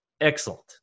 excellent